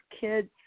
kids